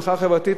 המחאה החברתית,